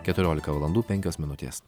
keturiolika valandų penkios minutės